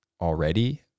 already